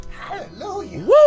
Hallelujah